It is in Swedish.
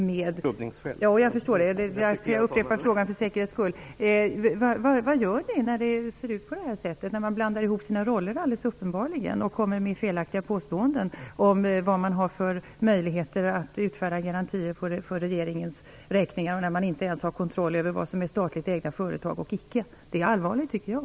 Vad gör regeringen när ambassadörer alldeles uppenbart blandar ihop sina roller och kommer med felaktiga påståenden om vad de har för möjligheter att utfärda garantier för regeringens räkning och när de inte ens har kontroll över vilka företag som är statligt ägda eller icke? Det är allvarligt, tycker jag.